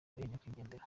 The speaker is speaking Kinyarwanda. nyakwigendera